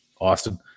Austin